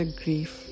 grief